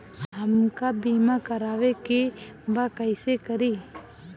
हमका बीमा करावे के बा कईसे करी?